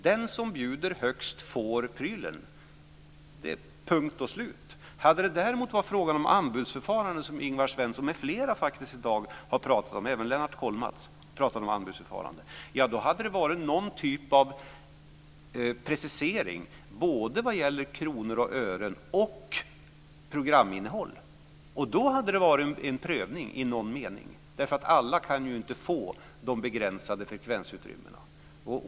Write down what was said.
Den som bjuder högst får prylen, punkt slut. Hade det däremot varit fråga om ett anbudsförfarande som Ingvar Svensson med flera - även Lennart Kollmats - har pratat om i dag hade det varit någon typ av precisering både vad gäller kronor och ören och programinnehåll. Då hade det också varit en prövning i någon mening eftersom alla ju inte kan få de begränsade frekvensutrymmena.